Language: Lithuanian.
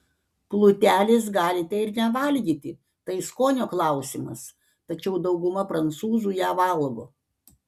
plutelės galite ir nevalgyti tai skonio klausimas tačiau dauguma prancūzų ją valgo